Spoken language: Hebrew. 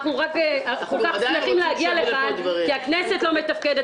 אנחנו כל כך שמחים להגיע לכאן כי הכנסת לא מתפקדת,